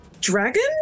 Dragon